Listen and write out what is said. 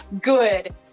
good